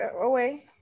away